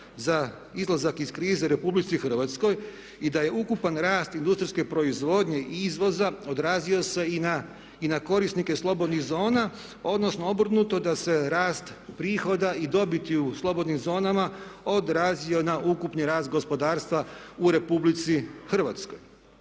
za izlazak iz krize RH i da je ukupan rast industrijske proizvodnje i izvoza odrazio se i na korisnike slobodnih zona odnosno obrnuto, da se rast prihoda i dobiti u slobodnim zonama odrazio na ukupni rast gospodarstva u RH.